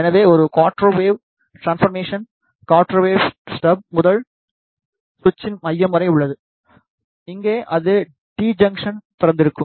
எனவே ஒரு quarter wave transformation quarter wave stub முதல் சுவிட்சின் மையம் வரை உள்ளது இங்கே அது டி ஜங்சனில்திறந்திருக்கும்